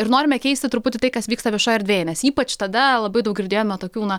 ir norime keisti truputį tai kas vyksta viešoje erdvėje nes ypač tada labai daug girdėjome tokių na